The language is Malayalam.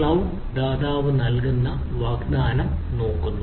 ക്ലൌഡ് ദാതാവ് നൽകുന്ന വാഗ്ദാനം നോക്കുന്നു